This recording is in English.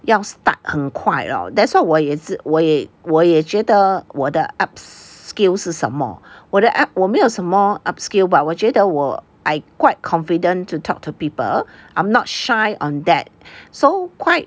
要 start 很快 lor that's why 我也是我也我也觉得我的 upskill 是什么我觉得我没有什么 upskill but 我觉得我 I quite confident to talk to people I'm not shy on that so quite